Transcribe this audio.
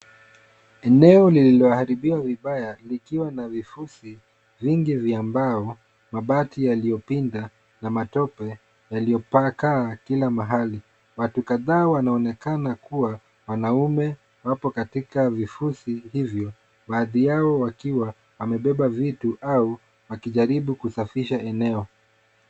Eneo lilioharibiwa vibaya likiwa na vifusi vingi vya mbao, mabati yaliyopinda na matope yaliyopakaa kila mahali. Watu kadhaa wanaonekana kuwa wanaume wapo katika vifusi hivyo baadhi yao wakiwa wamebeba vitu au wakijaribu kusafisha eneo.